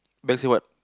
bank say what